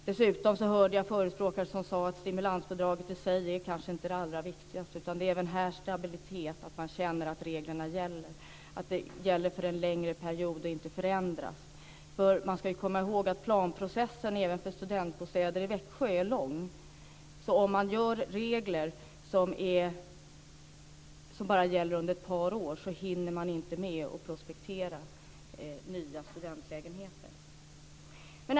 Dessutom hörde jag företrädare som sade att stimulansbidrag i sig kanske inte är det allra viktigaste utan att det även här är stabilitet; att man känner att reglerna gäller och att de gäller för en längre period och inte förändras. Man ska ju komma ihåg att planprocessen även för studentbostäder i Växjö är lång. Om det införs regler som bara gäller under ett par år hinner man inte med att prospektera nya studentlägenheter.